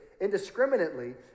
indiscriminately